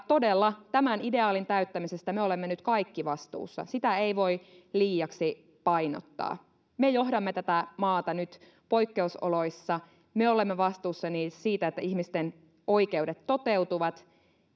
todella tämän ideaalin täyttämisestä me olemme nyt kaikki vastuussa sitä ei voi liiaksi painottaa me johdamme tätä maata nyt poikkeusoloissa me olemme vastuussa siitä että ihmisten oikeudet toteutuvat